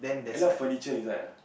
a lot furniture inside ah